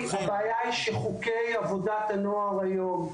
הבעיה היא שחוקי עבודת הנוער היום,